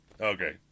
Okay